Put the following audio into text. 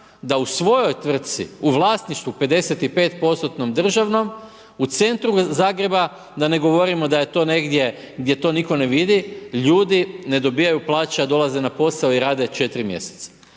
da u svojoj tvrtki, u vlasništvom 55% državnim, u centru Zagreba, da ne govorimo da je to negdje gdje to nitko ne vidi, ljudi ne dobivaju plaće, a dolaze na posao i rade 4 mj.